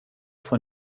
des